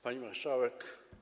Pani Marszałek!